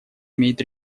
имеет